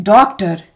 Doctor